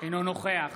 אינו נוכח